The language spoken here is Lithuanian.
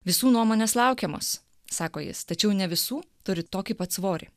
visų nuomonės laukiamos sako jis tačiau ne visų turi tokį pat svorį